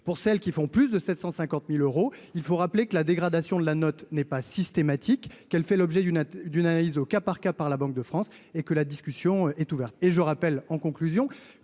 pour celles qui font plus de 750000 euros, il faut rappeler que la dégradation de la note n'est pas systématique qu'elle fait l'objet d'une d'une analyse au cas par cas par la Banque de France et que la discussion est ouverte et je rappelle en conclusion